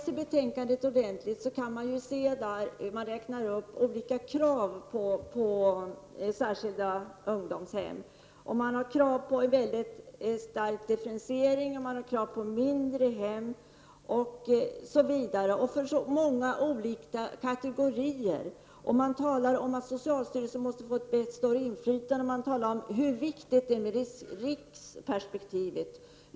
I betänkandet redovisas olika krav på särskilda ungdomshem. Det ställs krav på en stark differentiering av hemmen, på mindre hem osv., dvs. på hem av många olika kategorier. Man talar om att socialstyrelsen måste få ett större inflytande och om hur viktigt det är med riksperspektivet.